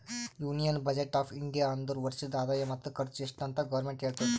union budget of India ಅಂದುರ್ ವರ್ಷದ ಆದಾಯ ಮತ್ತ ಖರ್ಚು ಎಸ್ಟ್ ಅಂತ್ ಗೌರ್ಮೆಂಟ್ ಹೇಳ್ತುದ